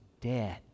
dead